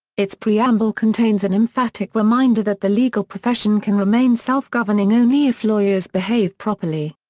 its preamble contains an emphatic reminder that the legal profession can remain self-governing only if lawyers behave properly.